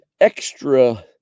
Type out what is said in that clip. extra